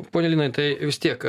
pone linai tai vis tiek